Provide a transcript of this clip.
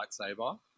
lightsaber